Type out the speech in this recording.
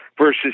versus